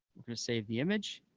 we're going to save the image,